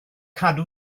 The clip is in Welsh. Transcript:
cadw